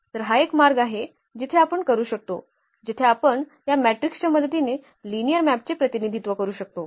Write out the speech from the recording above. तर हा एक मार्ग आहे जिथे आपण करू शकतो जिथे आपण या मॅट्रिकच्या मदतीने लिनिअर मॅपचे प्रतिनिधित्व करू शकतो